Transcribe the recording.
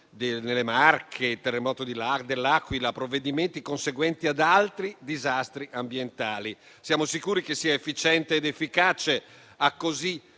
nelle Marche, il terremoto di L'Aquila, provvedimenti conseguenti ad altri disastri ambientali. Siamo sicuri che sia efficiente ed efficace a così